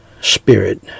spirit